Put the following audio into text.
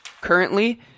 currently